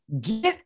get